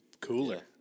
cooler